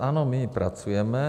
Ano, my pracujeme.